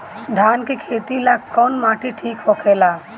धान के खेती ला कौन माटी ठीक होखेला?